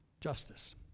Justice